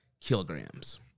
kilograms